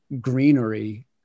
greenery